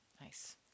nice